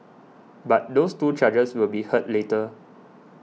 but those two charges will be heard later